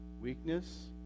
Weakness